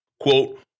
Quote